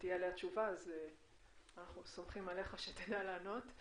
תהיה עליה תשובה אנחנו סומכים עליך שתדע לענות.